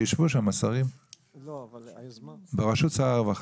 אבל השרים ישבו שם בראשות שר הרווחה,